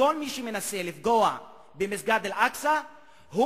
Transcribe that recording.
וכל מי שמנסה לפגוע במסגד אל-אקצא הוא